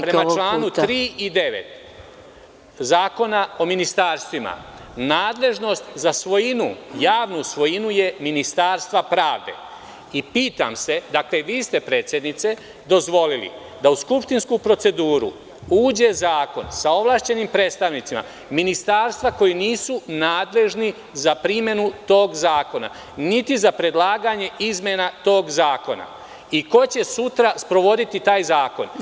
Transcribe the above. Prema članu 3. i 9. Zakona o ministarstvima nadležnost za svojinu, javnu svojinu je Ministarstvo pravde i pitam se, dakle vi ste predsednice dozvolili da u skupštinsku proceduru uđe zakon sa ovlašćenim predstavnicima ministarstva koja nisu nadležna za primenu tog zakona, niti za predlaganje izmena tog zakona, ko će sutra sprovoditi taj zakon?